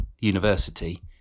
University